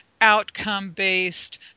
outcome-based